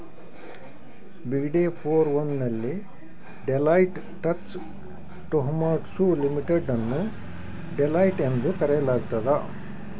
ಬಿಗ್ಡೆ four one ನಲ್ಲಿ Deloitte Touche Tohmatsu limited ಅನ್ನು Deloitte ಎಂದು ಕರೆಯಲಾಗ್ತದ